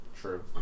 True